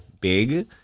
big